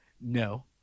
No